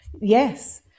yes